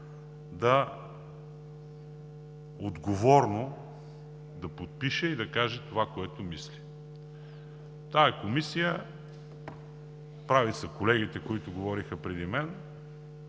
отговорно да подпише и да каже това, което мисли. Тази Комисия, прави са колегите, които говориха преди мен,